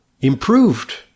improved